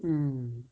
mm